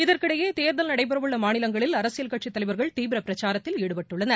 இதற்கிடையே தேர்தல் நடைபெறவுள்ள மாநிலங்களில் அரசியல் கட்சித் தலைவர்கள் தீவிர பிரச்சாரத்தில் ஈடுபட்டுள்ளனர்